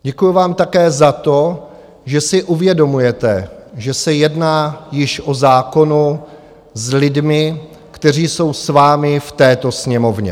Děkuji vám také za to, že si uvědomujete, že se jedná již o zákonu s lidmi, kteří jsou s vámi v této Sněmovně.